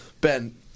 Ben